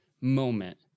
moment